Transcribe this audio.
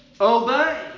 obey